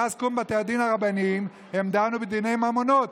מאז קום בתי הדין הרבניים הם דנו בדיני ממונות,